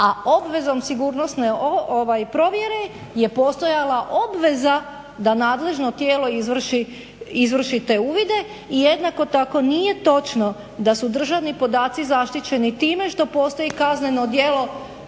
a obvezom sigurnosne provjere je postojala obveza da nadležno tijelo izvrši te uvide. I jednako tako nije točno da su državni podaci zaštićeni time što postoji kazneno djelo